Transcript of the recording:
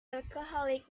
alcoholic